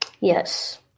Yes